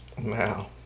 Now